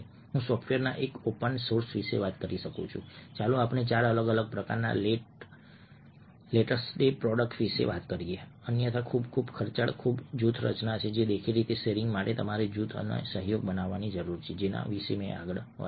હું સોફ્ટવેરના એક ઓપન સોર્સ વિશે વાત કરી શકું છું ચાલો આપણે ચાર અલગ અલગ પ્રકારના લેટ સે પ્રોડક્ટ્સ કહીએ જે અન્યથા ખૂબ ખૂબ ખર્ચાળ જૂથ રચના છે દેખીતી રીતે શેરિંગ માટે તમારે જૂથો અને સહયોગ બનાવવાની જરૂર છે જેના વિશે મેં વાત કરી